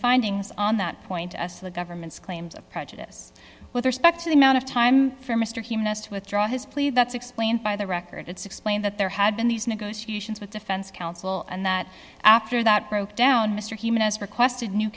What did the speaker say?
findings on that point us the government's claims of prejudice with respect to the amount of time for mr humanist withdraw his plea that's explained by the record it's explained that there had been these negotiations with defense counsel and that after that broke down mr humanist requested new